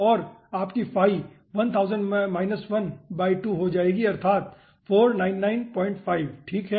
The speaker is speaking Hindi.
और आपकी फाई 2 हो जाएगी अर्थात 4995 ठीक है